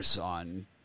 on